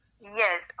Yes